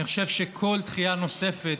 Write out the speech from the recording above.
אני חושב שכל דחייה נוספת